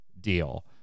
deal